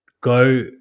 go